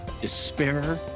despair